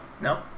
No